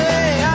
Hey